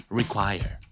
require